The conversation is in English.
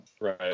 Right